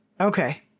Okay